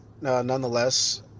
nonetheless